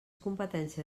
competència